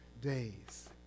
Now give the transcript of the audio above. days